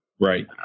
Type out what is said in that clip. Right